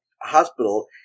hospital